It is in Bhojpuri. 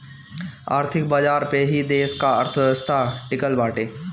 आर्थिक बाजार पअ ही देस का अर्थव्यवस्था टिकल बाटे